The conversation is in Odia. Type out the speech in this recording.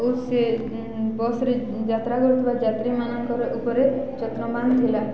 ଓ ସେ ବସ୍ରେ ଯାତ୍ରା କରୁଥିବା ଯାତ୍ରୀମାନଙ୍କର ଉପରେ ଯତ୍ନବାନ୍ ଥିଲା